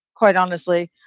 quite honestly.